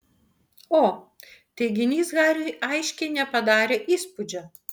o teiginys hariui aiškiai nepadarė įspūdžio